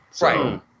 Right